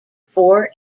four